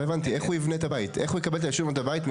לא הבנתי, איך הוא יבנה בית?